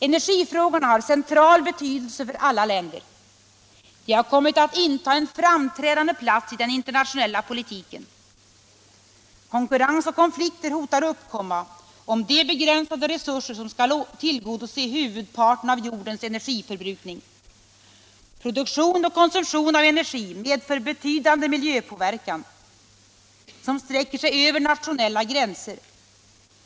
Energifrågorna har central betydelse för alla länder. De har kommit att inta en framträdande plats i den internationella politiken. Konkurrens och konflikter hotar uppkomma om de begränsade resurser som skall tillgodose huvudparten av jordens energiförbrukning. Produktion och konsumtion av energi medför betydande miljöpåverkan som sträcker sig över nationella gränser.